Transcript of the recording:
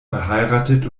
verheiratet